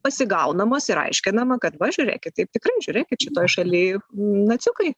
pasigaunamos ir aiškinama kad va žiūrėkit taip tikrai žiūrėkit šitoj šaly naciukai